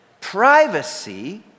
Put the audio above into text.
privacy